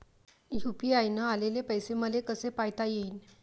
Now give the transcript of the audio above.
UPI न आलेले पैसे मले कसे पायता येईन?